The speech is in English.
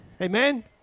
Amen